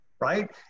right